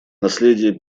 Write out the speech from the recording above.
наследие